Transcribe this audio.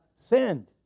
sinned